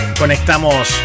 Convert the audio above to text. conectamos